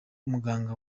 muganga